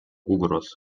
угроз